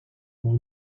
mój